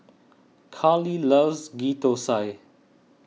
Karlee loves Ghee Thosai